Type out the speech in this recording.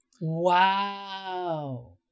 Wow